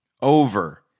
over